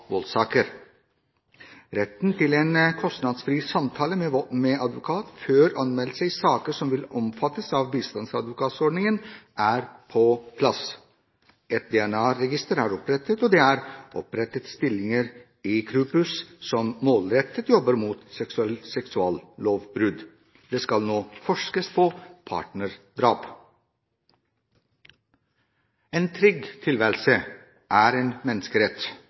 Retten til en kostnadsfri samtale med advokat før anmeldelse i saker som vil omfattes av bistandsadvokatordningen, er på plass. Et DNA-register er opprettet, og det er opprettet stillinger i Kripos som målrettet jobber mot seksuallovbrudd. Det skal nå forskes på partnerdrap. En trygg tilværelse er en menneskerett.